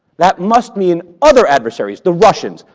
that must mean other adversaries, the russians,